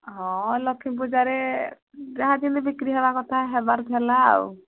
ହଁ ଲକ୍ଷ୍ମୀ ପୂଜାରେ ଯାହା ଯେମିତି ବିକ୍ରି ହବା କଥା ହେବାର ହେଲା ଆଉ